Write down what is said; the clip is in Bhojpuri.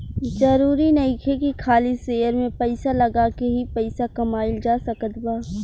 जरुरी नइखे की खाली शेयर में पइसा लगा के ही पइसा कमाइल जा सकत बा